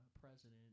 president